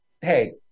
hey